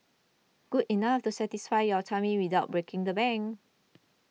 good enough to satisfy your tummy without breaking the bank